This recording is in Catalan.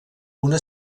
una